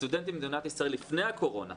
הסטודנטים במדינת ישראל, לפני הקורונה,